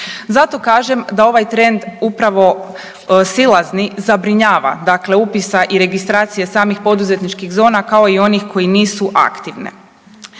Zato kažem da ovaj trend upravo silazni zabrinjava, dakle upisa i registracije samih poduzetničkih zona kao i onih koje nisu aktivne.